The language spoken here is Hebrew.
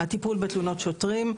הטיפול בתלונות שוטרים,